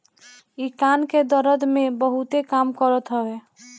इ कान के दरद में बहुते काम करत हवे